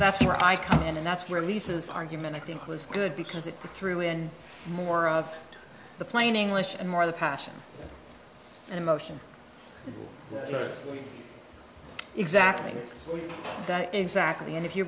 that's where i come in and that's where lisa's argument i think was good because it threw in more of the plain english and more the passion and emotion exactly exactly and if you